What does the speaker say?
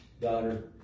daughter